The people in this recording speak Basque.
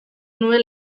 nuen